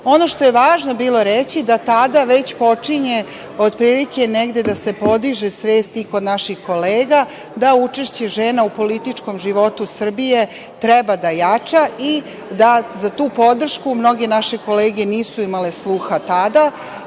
što je važno bilo reći da tada već počinje otprilike da se podiže svest i kod naših kolega, da učešće žena u političkom životu Srbije treba da jača i da za tu podršku mnoge naše kolege nisu imale sluha tada.